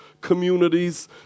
communities